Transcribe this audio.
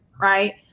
right